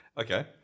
Okay